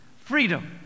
freedom